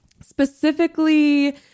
specifically